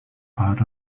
part